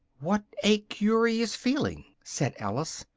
what a curious feeling! said alice,